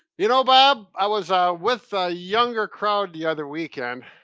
you know, bob, i was ah with a younger crowd the other weekend.